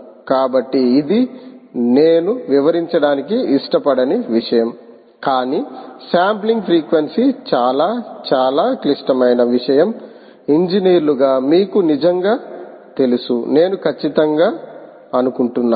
కాబట్టి ఇది నేను వివరించడానికి ఇష్టపడని విషయం కాని శాంప్లింగ్ ఫ్రీక్వెన్సీ చాలా చాలా క్లిష్టమైన విషయం ఇంజనీర్లుగా మీకు నిజంగా తెలుసు నేను ఖచ్చితంగా అనుకుంటున్నాను